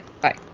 Bye